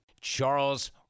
charles